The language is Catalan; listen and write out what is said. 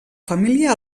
família